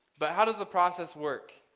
but how does the process work?